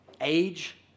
age